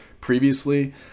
previously